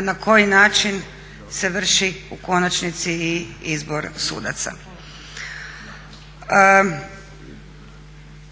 na koji način se vrši u konačnici i izbor sudaca.